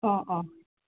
অঁ অঁ